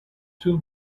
too